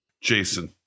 Jason